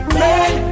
red